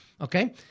Okay